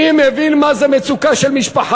אני מבין מה זה מצוקה של משפחה,